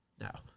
Now